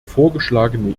vorgeschlagene